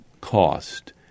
cost